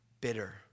bitter